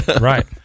Right